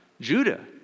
Judah